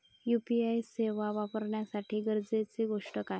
UPI सेवा वापराच्यासाठी गरजेचे गोष्टी काय?